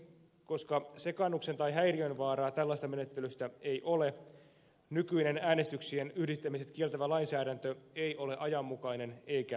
koska sekaannuksen tai häiriön vaaraa tällaisessa menettelyssä ei ole nykyinen äänestyksien yhdistämiset kieltävä lainsäädäntö ei ole ajanmukainen eikä järkevä